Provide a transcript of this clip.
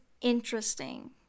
interesting